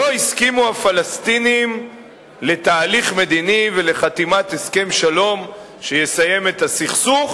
לא הסכימו הפלסטינים לתהליך מדיני ולחתימת הסכם שלום שיסיים את הסכסוך,